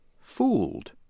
Fooled